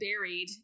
buried